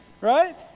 Right